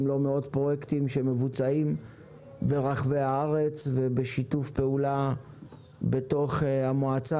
אם לא מאות פרויקטים שמבוצעים ברחבי הארץ ובשיתוף פעולה בתוך המועצה